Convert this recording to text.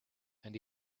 and